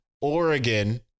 Oregon